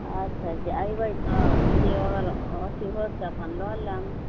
अच्छा जे अयबै तऽ जे अगर अथी होत तऽ अपन लऽ लेब